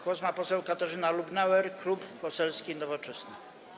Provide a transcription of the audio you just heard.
Głos ma poseł Katarzyna Lubnauer, Klub Poselski Nowoczesna.